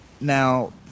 now